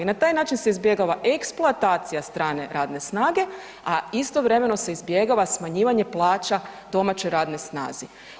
Na taj način se izbjegava eksploatacija strane radne snage, a istovremeno se izbjegava smanjivanje plaća domaćoj radnoj snazi.